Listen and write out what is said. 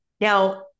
Now